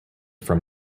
from